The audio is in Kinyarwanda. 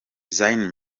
zayn